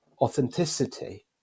authenticity